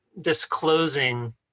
disclosing